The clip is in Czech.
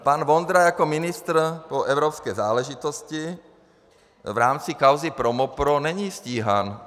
Pan Vondra jako ministr pro evropské záležitosti v rámci kauzy ProMoPro není stíhán.